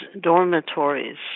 dormitories